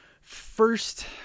First